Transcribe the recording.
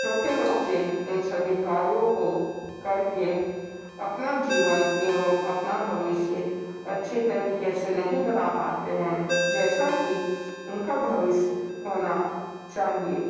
छोटे बच्चे इन सभी कार्यों को कर के अपना जीवन एवं अपना भविष्य अच्छी तरीक़े से नहीं बना पाते हैं जैसा कि उनका भविष्य होना चाहिए